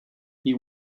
they